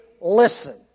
listen